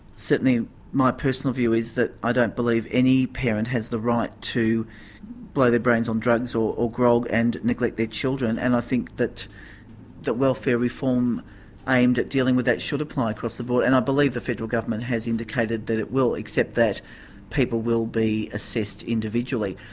certainly my personal view is that i don't believe any parent has the right to blow their brains on drugs, or grog, and neglect their children, and i think that that welfare reform aimed at dealing with that should apply across the board. and i believe the federal government has indicated that it will accept that people will be assessed individually.